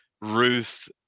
ruth